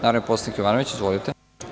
Narodni poslanik Ivan Jovanović, izvolite.